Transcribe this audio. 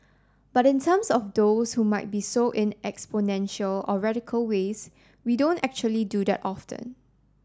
but in terms of those who might be so in exponential or radical ways we don't actually do that often